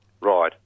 Right